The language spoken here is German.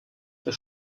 der